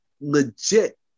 legit